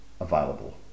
available